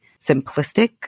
simplistic